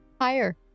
higher